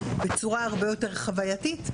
בצורה הרבה יותר חווייתית,